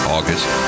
August